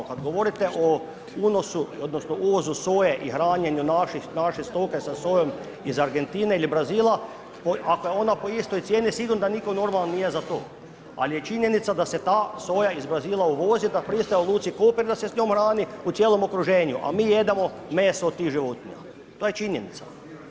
Kad govorite o unosu odnosno uvozu soje i hranjenje naše stoke sa sojom iz Argentine ili Brazila, ako je ona po istoj cijeni, sigurno da nitko normalan nije za to ali je činjenica da se ta soja iz Brazila uvozi, da pristaje u luci Koper i da se s njom hrani u cijelom okruženju a mi jedemo meso od tih životinja, to je činjenica.